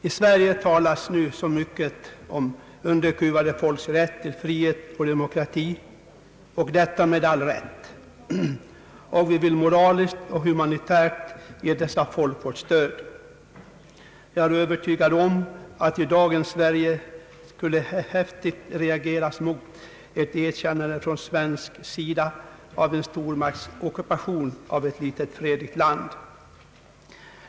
I Sverige talas nu så mycket om underkuvade folks rätt till frihet och demokrati — och detta med all rätt — och vi vill moraliskt och humanitärt ge dessa folk vårt stöd. Jag är övertygad om att dagens Sverige skulle häftigt reagera mot ett erkännande från svensk sida av en stormakts ockupation av ett litet fredligt land.